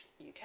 UK